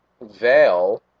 veil